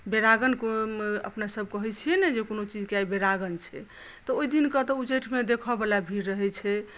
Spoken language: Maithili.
बेरागन अपने सब कहै छियै न जे कोनो चीजकेँ आइ बेरागन छै तऽ ओहि दिन कऽ तऽ उच्चैठ मे देखऽ वाला भीड़ रहै छै